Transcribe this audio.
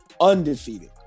undefeated